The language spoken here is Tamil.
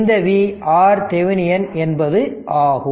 இந்த V RThevenin என்பது ஆகும்